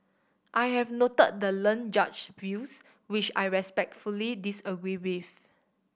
I have noted the learned judge's views which I respectfully disagree with